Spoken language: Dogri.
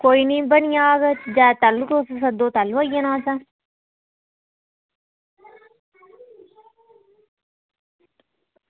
कोई निं बनी जाह्ग तैह्लू तुस सद्धो तैह्लू आई जाना असें